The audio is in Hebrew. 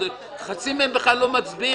חצי מהם לא מצביעים,